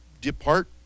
depart